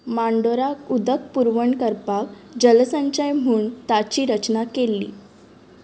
मांडोराक उदक पुरवण करपाक जलसंचय म्हूण ताची रचना केल्ली